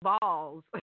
balls